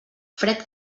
fred